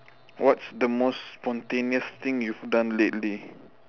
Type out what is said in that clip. what's the most spontaneous thing you done lately